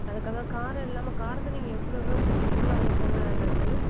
அதை தவிர காரம் இல்லாமல் காரத்தை நீங்கள் எவ்வளோ எவ்வளோ குறைக்கிறீங்ளோ அவ்வளோக் அவ்வளோ நல்லது